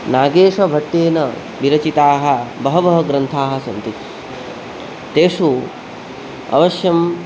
नागेशभट्टेन विरचिताः बहवः ग्रन्थाः सन्ति तेषु अवश्यं